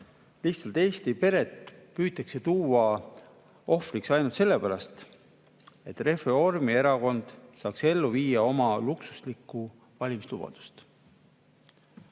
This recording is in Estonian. püütakse Eesti peret tuua ohvriks ainult sellepärast, et Reformierakond saaks ellu viia oma luksuslikku valimislubadust.